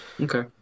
Okay